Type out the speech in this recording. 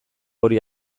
hori